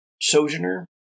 Sojourner